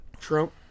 Trump